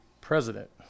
president